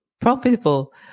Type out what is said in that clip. profitable